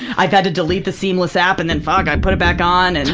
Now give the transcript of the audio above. i've had to delete the seamless app and then, fuck, i put it back on, and